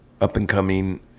up-and-coming